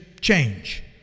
change